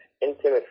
intimate